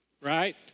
right